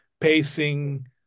pacing